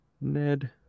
ned